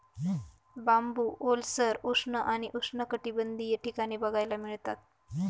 बांबू ओलसर, उष्ण आणि उष्णकटिबंधीय ठिकाणी बघायला मिळतात